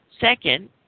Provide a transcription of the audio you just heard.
Second